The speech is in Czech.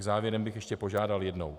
Závěrem bych ještě požádal jednou.